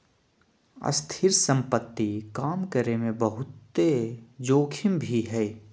स्थिर संपत्ति काम करे मे बहुते जोखिम भी हय